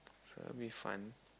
it's gonna be fun